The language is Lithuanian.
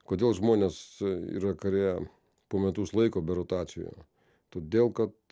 kodėl žmonės yra kare po metus laiko be rotacijų todėl kad